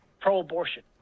pro-abortion